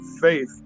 faith